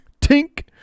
Tink